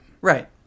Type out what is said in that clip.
Right